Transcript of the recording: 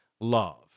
love